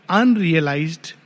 unrealized